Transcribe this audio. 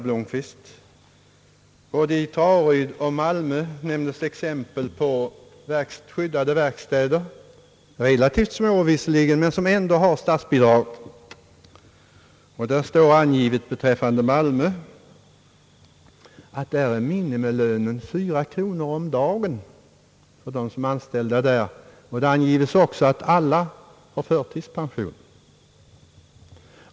Både i Traryd och Malmö finns skyddade verkstäder — visserligen relativt små — som har statsbidrag. Beträffande Malmö står angivet att de som är anställda vid verkstaden där få en minimilön på fyra kronor om dagen. Det anges också att alla har förtidspension.